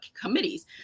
committees